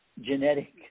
genetic